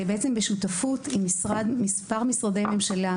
בשותפות עם מספר משרדי ממשלה,